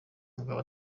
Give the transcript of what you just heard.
mugabo